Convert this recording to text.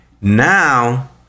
Now